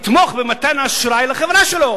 יתמוך במתן אשראי לחברה שלו.